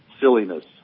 silliness